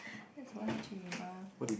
that's what you are